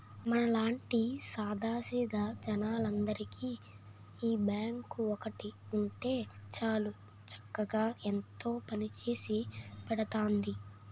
మనలాంటి సాదా సీదా జనాలందరికీ ఈ బాంకు ఒక్కటి ఉంటే చాలు చక్కగా ఎంతో పనిచేసి పెడతాంది